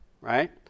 right